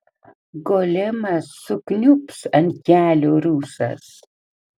golemas sukniubs ant kelių rusas